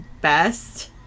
best